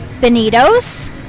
bonitos